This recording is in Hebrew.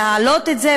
ולהעלות את זה,